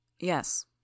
Yes